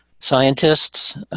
scientists